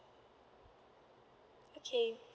okay